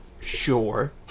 Sure